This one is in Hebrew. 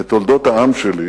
את תולדות העם שלי,